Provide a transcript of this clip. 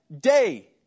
day